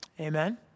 Amen